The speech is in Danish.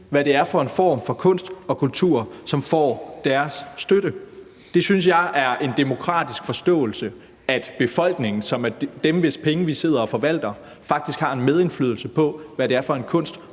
hvad det er for en form for kunst og kultur, som får deres støtte. Der synes jeg, at det er en demokratisk forståelse, at befolkningen, hvis penge vi sidder og forvalter, faktisk har en medindflydelse på, hvad det er for en kunst